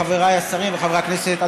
חבריי השרים וחברי הכנסת,